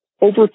Over